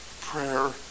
prayer